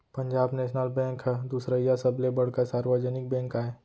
Punjab national bank ह दुसरइया सबले बड़का सार्वजनिक बेंक आय